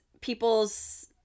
people's